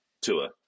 tour